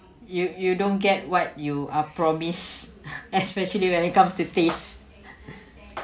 you you don't get what you are promise especially when it comes to face